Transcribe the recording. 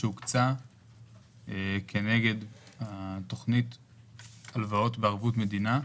1.8 מיליארד מגיע מהסכום שהוקצה לתכנית הלוואות בערבות מדינה.